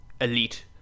elite